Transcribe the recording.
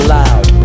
loud